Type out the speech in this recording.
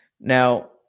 Now